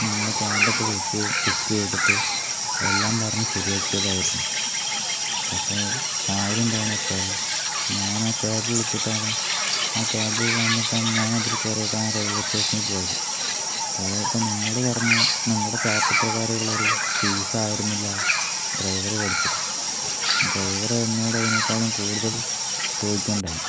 നിങ്ങളെ ക്യാബൊക്കെ വിളിച്ച് ബുക്ക് ചെയ്തിട്ട് എല്ലാം പറഞ്ഞു ശരിയാക്കിയതായിരുന്നു പക്ഷേ കാര്യമെന്താണെന്നു വച്ചാൽ ഞാനാ ക്യാബ് വിളിച്ചിട്ടാണ് ആ ക്യാബ് വന്നിട്ടാണ് ഞാൻ അതിൽ കയറിയിട്ടാണ് റെയിൽവേ സ്റ്റേഷനിൽ പോയത് പോയപ്പോൾ നിങ്ങൾ പറഞ്ഞ നിങ്ങളെ ചാർട്ട് പ്രകാരം ഉള്ള ഒരു ഫീസായിരുന്നില്ല ഡ്രൈവർ മേടിച്ചത് ഡ്രൈവർ എന്നോട് അതിനേക്കാളും കൂടുതൽ ചോദിക്കുകയുണ്ടായി